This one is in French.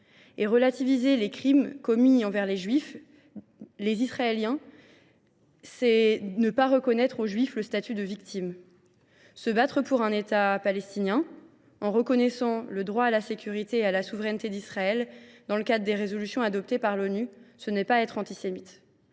Relativiser les crimes commis envers des juifs et des Israéliens, c’est ne pas reconnaître aux juifs le statut de victimes. Se battre pour un État palestinien, en reconnaissant le droit à la sécurité et à la souveraineté d’Israël dans le cadre des résolutions adoptées par l’ONU, ce n’est pas être antisémite.